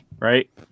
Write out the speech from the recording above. right